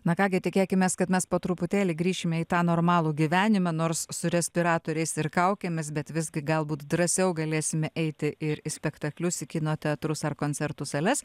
na ką gi tikėkimės kad mes po truputėlį grįšime į tą normalų gyvenimą nors su respiratoriais ir kaukėmis bet visgi galbūt drąsiau galėsime eiti ir į spektaklius į kino teatrus ar koncertų sales